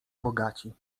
bogaci